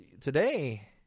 today